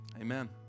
amen